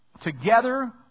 together